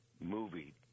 movie